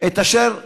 את אשר מונח,